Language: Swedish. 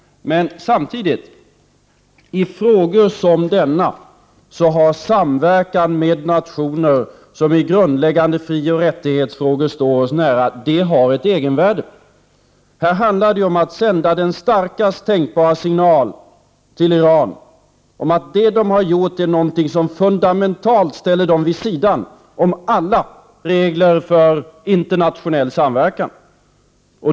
Samtidigt är det så, att i frågor som denna har samverkan med nationer som i grundläggande frioch rättighetsfrågor står oss nära ett egenvärde. Här handlar det om att sända den starkast tänkbara signal till Iran om att det som de har gjort är någonting som fundamentalt ställer dem vid sidan om alla regler för internationell samverkan.